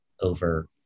over